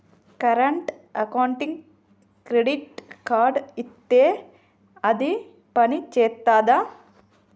Current అకౌంట్కి credit card ఇత్తే అది పని చేత్తదా?